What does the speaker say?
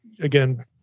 again